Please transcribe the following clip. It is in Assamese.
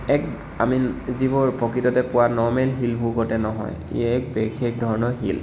এক আমি যিবোৰ প্ৰকৃততে পোৱা নৰ্মেল শিলবোৰ গতে নহয় ই এক বিশেষ ধৰণৰ শিল